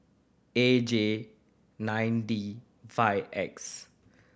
A J nine D five X